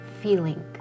feeling